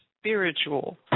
spiritual